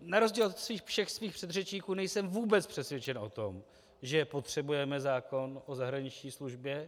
Na rozdíl od svých všech předřečníků nejsem vůbec přesvědčen o tom, že potřebujeme zákon o zahraniční službě.